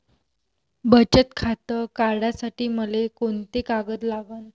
बचत खातं काढासाठी मले कोंते कागद लागन?